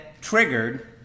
triggered